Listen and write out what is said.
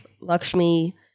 Lakshmi